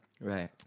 right